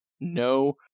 no